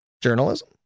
Journalism